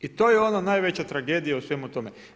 I to je ono najveća tragedija u svemu tome.